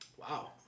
Wow